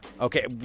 Okay